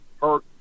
hurt